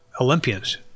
Olympians